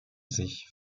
sich